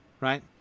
right